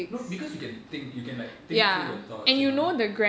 no because you can think you can like think through your thoughts you know